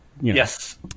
yes